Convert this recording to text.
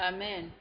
Amen